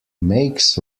makes